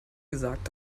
gesagt